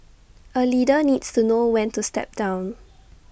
A leader needs to know when to step down